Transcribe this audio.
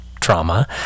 trauma